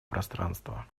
пространства